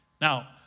Now